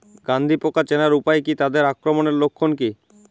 গন্ধি পোকা চেনার উপায় কী তাদের আক্রমণের লক্ষণ কী?